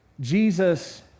Jesus